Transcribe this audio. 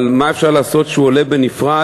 אבל מה אפשר לעשות שהוא עולה בנפרד?